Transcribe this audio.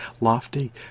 lofty